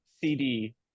cd